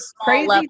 crazy